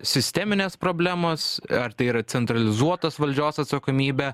sisteminės problemos ar tai yra centralizuotos valdžios atsakomybė